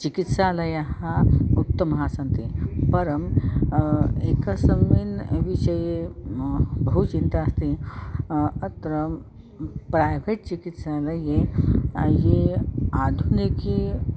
चिकित्सालयाः उत्तमाः सन्ति परम् एकस्मिन् विषये बहु चिन्ता अस्ति अत्र प्रैवेट् चिकित्सालये ये आधुनिकं